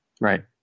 Right